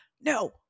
No